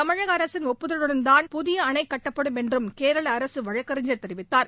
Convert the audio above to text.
தமிழக அரசின் ஒப்புதலுடன்தான் புதிய அணை கட்டப்படும் என்றும் கேரள அரசு வழக்கறிஞர் தெரிவித்தார்